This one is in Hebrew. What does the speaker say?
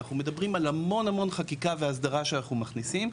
אנחנו מדברים על המון המון חקיקה והסדרה שאנחנו מכניסים,